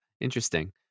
interesting